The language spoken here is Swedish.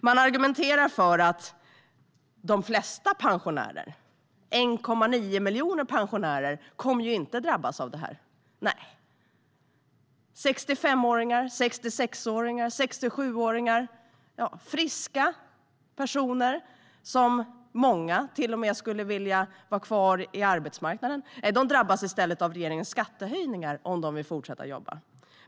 Man argumenterar för att de flesta pensionärer - 1,9 miljoner - inte kommer att drabbas av detta. Många friska 65-åringar, 66-åringar, 67-åringar som till och med skulle vilja vara kvar på arbetsmarknaden drabbas i stället av regeringens skattehöjningar om de vill fortsätta att jobba.